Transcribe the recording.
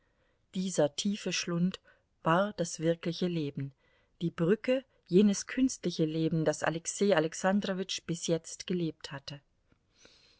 dieser tiefe schlund war das wirkliche leben die brücke jenes künstliche leben das alexei alexandrowitsch bis jetzt gelebt hatte